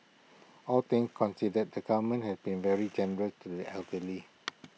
all things considered the government has been very generous to the elderly